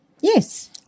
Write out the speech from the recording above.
Yes